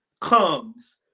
comes